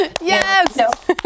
Yes